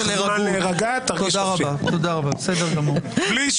והתרופה בכנסת לניגוד עניינים הם גילוי נאות.